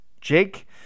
Jake